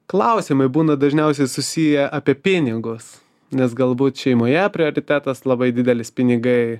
klausimai būna dažniausiai susiję apie pinigus nes galbūt šeimoje prioritetas labai didelis pinigai